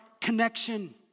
connection